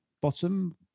bottom